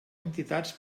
entitats